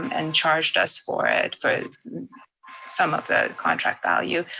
and charged us for it, for some of the contract value.